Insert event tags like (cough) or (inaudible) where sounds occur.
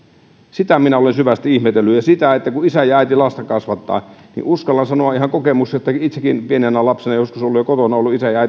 sitä minä olen syvästi ihmetellyt ja sitä että kun isä ja äiti lasta kasvattavat uskallan sanoa ihan kokemuksesta itsekin pienenä lapsena joskus ollut ja kotona ollut isä ja (unintelligible)